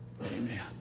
amen